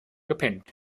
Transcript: gepennt